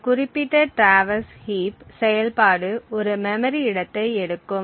இந்த குறிப்பிட்ட traverse heap செயல்பாடு ஒரு மெமரி இடத்தை எடுக்கும்